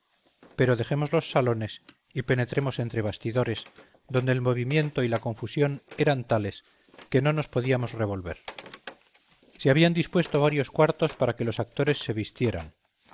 pero dejemos los salones y penetremos entre bastidores donde el movimiento y la confusión eran tales que no nos podíamos revolver se habían dispuesto varios cuartos para que los actores se vistieran